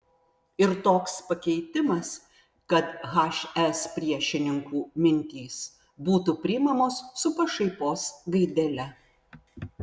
ir toks pakeitimas kad hs priešininkų mintys būtų priimamos su pašaipos gaidele